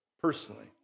personally